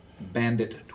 bandit